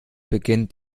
beginnt